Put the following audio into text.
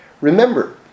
Remember